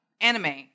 anime